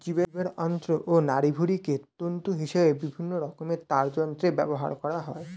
জীবের অন্ত্র ও নাড়িভুঁড়িকে তন্তু হিসেবে বিভিন্ন রকমের তারযন্ত্রে ব্যবহার করা হয়